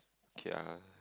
ya